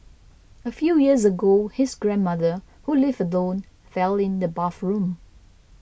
a few years ago his grandmother who lived alone fell in the bathroom